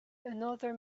another